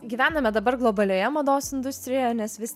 gyvename dabar globalioje mados industrijoje nes vis